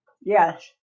Yes